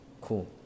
Cool